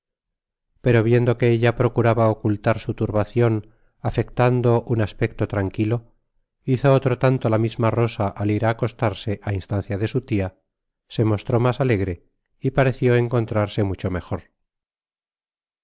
pero viendo que ella procuraba ocultar su turbacion afectando un aspecto tranquilo hizo otro tanto la misma rosa al ir á acostarse á instancia de su lia se mostró mas alegre y pareció encontrar se mucho mejor